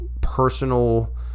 personal